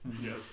Yes